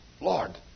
Lord